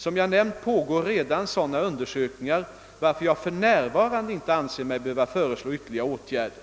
Som jag nämnt pågår redan sådana undersökningar, varför jag för närvarande inte anser mig behöva föreslå ytterligare åtgärder.